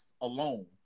alone